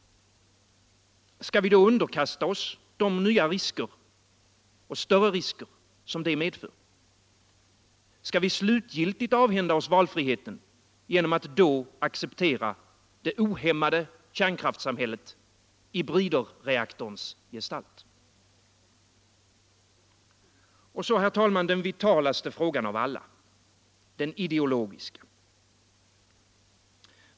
Skall vi då underkasta oss de nya och större risker det medför? Skall vi slutgiltigt avhända oss valfriheten genom att då acceptera det ohämmade kärnkraftssamhället i briderreaktorns gestalt? Och så, herr talman, den vitalaste frågan av alla — den ideologiska.